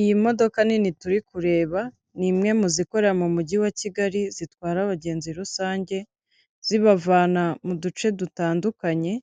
Iyi modoka nini turi kureba, ni imwe mu zikorera mu mujyi wa Kigali zitwara abagenzi rusange, zibavana mu duce dutandukanye,